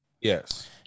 Yes